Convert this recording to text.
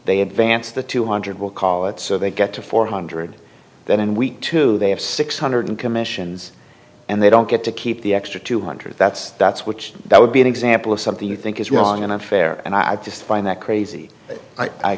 they advance the two hundred will call it so they get to four hundred that in week two they have six hundred commissions and they don't get to keep the extra two hundred that's that's which that would be an example of something you think is wrong and unfair and i just find that crazy i